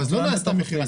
אז לא נעשתה מכירה.